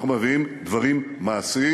אנחנו מביאים דברים מעשיים.